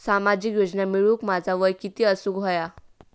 सामाजिक योजना मिळवूक माझा वय किती असूक व्हया?